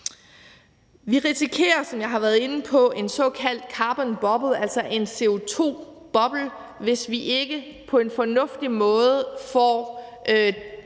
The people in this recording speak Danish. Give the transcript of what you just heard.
Vi risikerer, som jeg har været inde på, en såkaldt carbon bubble – altså en CO2-boble – hvis vi ikke på en fornuftig måde får